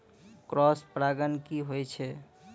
Cross परागण की होय छै?